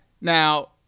Now